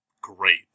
great